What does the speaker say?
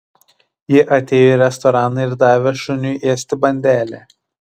ji atėjo į restoraną ir davė šuniui ėsti bandelę